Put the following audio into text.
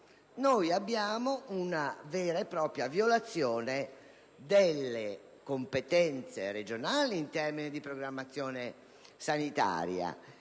abbiamo una vera e propria violazione delle competenze regionali in termini di programmazione sanitaria